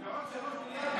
ועוד 3 מיליארד,